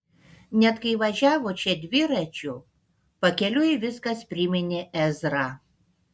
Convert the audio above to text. net kai važiavo čia dviračiu pakeliui viskas priminė ezrą